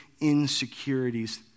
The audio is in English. insecurities